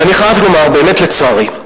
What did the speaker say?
ואני חייב לומר באמת לצערי,